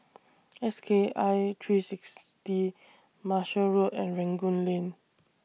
S K I three sixty Marshall Road and Rangoon Lane